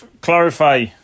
clarify